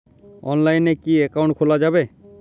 অনলাইনে কি অ্যাকাউন্ট খোলা যাবে?